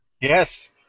Yes